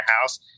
house